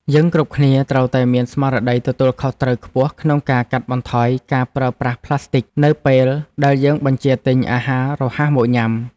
យើងគ្រប់គ្នាត្រូវតែមានស្មារតីទទួលខុសត្រូវខ្ពស់ក្នុងការកាត់បន្ថយការប្រើប្រាស់ផ្លាស្ទិចនៅពេលដែលយើងបញ្ជាទិញអាហាររហ័សមកញ៉ាំ។